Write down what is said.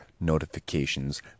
notifications